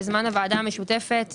בזמן הוועדה המשותפת,